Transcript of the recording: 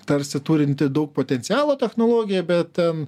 tarsi turinti daug potencialo technologija bet ten